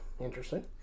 Interesting